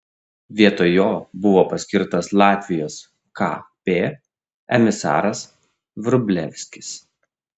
vietoj jo buvo paskirtas latvijos kp emisaras vrublevskis